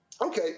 Okay